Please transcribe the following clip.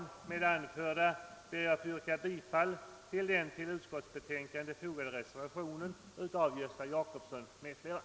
Med det anförda ber jag att få yrka bifall till den vid utskottets betänkande fogade reservationen av herr Gösta Jacobsson m.fl.